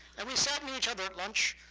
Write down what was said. and we sat in each other at lunch.